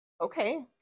okay